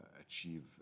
achieve